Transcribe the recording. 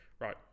Right